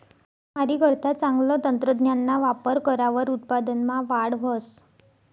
मासामारीकरता चांगलं तंत्रज्ञानना वापर करावर उत्पादनमा वाढ व्हस